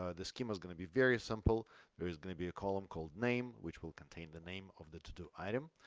ah the schema is gonna be very simple there is gonna be a column called name, which will contain the name of the to-do item.